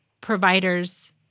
providers